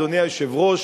אדוני היושב-ראש,